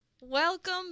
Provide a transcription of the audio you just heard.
Welcome